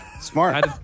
Smart